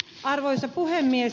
arvoisa puhemies